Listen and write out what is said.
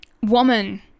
woman